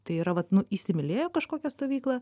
tai yra vat nu įsimylėjo kažkokią stovyklą